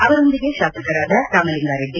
ಅವರೊಂದಿಗೆ ಶಾಸಕರಾದ ರಾಮಲಿಂಗರೆಡ್ಡಿ